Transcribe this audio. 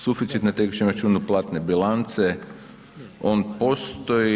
Suficit na tekućem računu platne bilance on postoji.